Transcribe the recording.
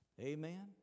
Amen